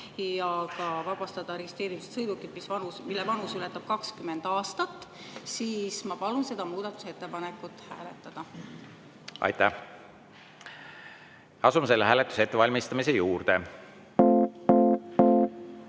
ja vabastada registreerimistasust sõidukid, mille vanus ületab 20 aastat. Ma palun seda muudatusettepanekut hääletada. Aitäh! Asume selle hääletuse ettevalmistamise juurde.